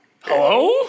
Hello